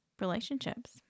relationships